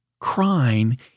Crying